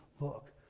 look